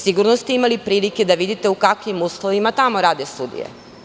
Sigurno ste imali prilike da vidite u kakvim uslovima tamo rade sudije.